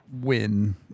win